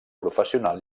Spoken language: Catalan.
professional